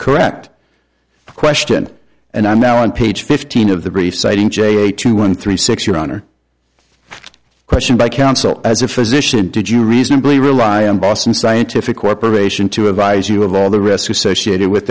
correct question and i'm now on page fifteen of the brief sighting j a two one three six your honor question by counsel as a physician did you reasonably rely on boston scientific corp to advise you of all the risks associated with